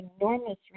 enormous